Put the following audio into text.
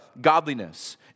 godliness